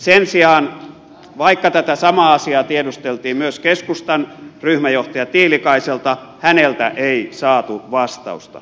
sen sijaan vaikka tätä samaa asiaa tiedusteltiin myös keskustan ryhmäjohtaja tiilikaiselta häneltä ei saatu vastausta